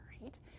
right